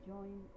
Join